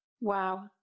Wow